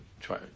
try